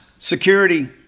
Security